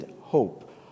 hope